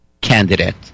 candidate